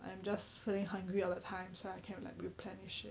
I am just feeling hungry all the time so I kind of like replenish it